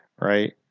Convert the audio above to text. right